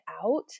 out